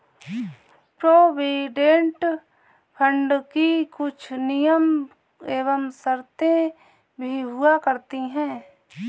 provident fund की कुछ नियम एवं शर्तें भी हुआ करती हैं